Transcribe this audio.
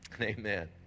amen